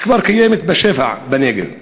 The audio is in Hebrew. שכבר קיימת בשפע בנגב.